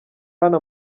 hano